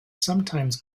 sometimes